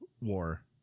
War